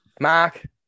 Mark